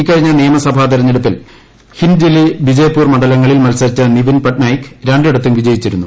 ഇക്കഴിഞ്ഞ നിയമസഭാ തെരഞ്ഞെടുപ്പിൽ ഹിൻജിലി ബ്രിജേപ്പൂർ മണ്ഡലങ്ങളിൽ മത്സരിച്ച നവിൻ പട്നായിക് രണ്ടിടത്തും വിജയിച്ചിരുന്നു